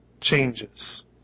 changes